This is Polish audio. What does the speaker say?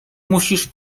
musisz